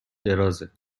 درازه